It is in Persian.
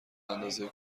اندازه